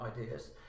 ideas